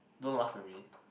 don't laugh at me